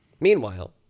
meanwhile